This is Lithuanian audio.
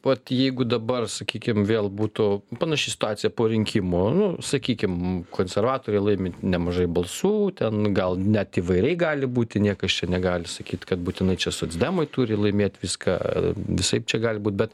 vat jeigu dabar sakykim vėl būtų panaši situacija po rinkimu nu sakykim konservatoriai laimi nemažai balsų ten gal net įvairiai gali būti niekas čia negali sakyt kad būtinai čia socdemai turi laimėt viską visaip čia gali būt bet